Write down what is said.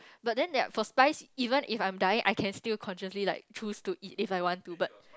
but then that for spice even if I'm dying I can still consciously like choose to eat if I want to but